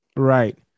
Right